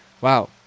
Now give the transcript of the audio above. Wow